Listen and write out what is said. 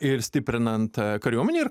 ir stiprinant kariuomenę ir